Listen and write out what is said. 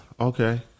Okay